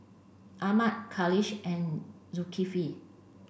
Ahmad Khalish and Zulkifli